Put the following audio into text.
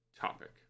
topic